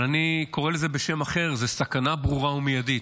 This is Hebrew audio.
אבל אני קורא לזה בשם אחר: זו סכנה ברורה ומיידית.